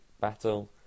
battle